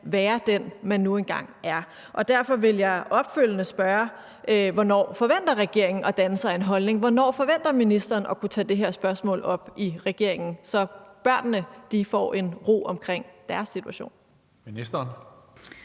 være den, de nu engang er? Derfor vil jeg opfølgende spørge, hvornår regeringen forventer at danne sig en holdning, hvornår ministeren forventer at kunne tage det her spørgsmål op i regeringen, så børnene får en ro om deres situation.